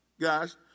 Guys